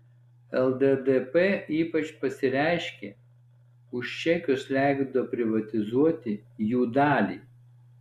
lddp ypač pasireiškė už čekius leido privatizuoti jų dalį